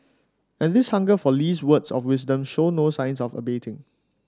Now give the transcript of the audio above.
and this hunger for Lee's words of wisdom show no signs of abating